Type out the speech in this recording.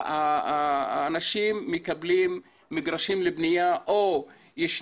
האנשים מקבלים מגרשים לבניה או שיש